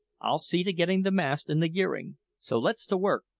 i'll see to getting the mast and the gearing so let's to work.